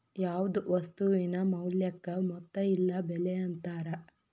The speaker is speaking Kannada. ಯಾವ್ದ್ ವಸ್ತುವಿನ ಮೌಲ್ಯಕ್ಕ ಮೊತ್ತ ಇಲ್ಲ ಬೆಲೆ ಅಂತಾರ